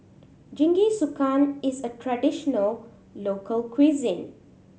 Jingisukan is a traditional local cuisine